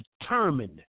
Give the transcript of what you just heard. determined